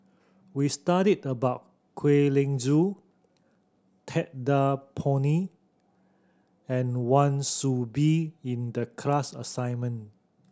we studied about Kwek Leng Joo Ted De Ponti and Wan Soon Bee in the class assignment